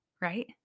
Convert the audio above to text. right